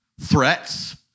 threats